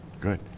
Good